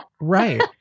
right